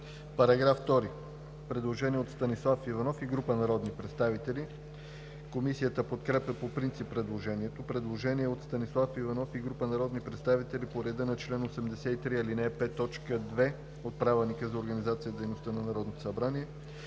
По § 2 има предложение от Станислав Иванов и група народни представители. Комисията подкрепя по принцип предложението. Предложение от Станислав Иванов и група народни представители по реда на чл. 83, ал. 5, т. 2 от Правилника за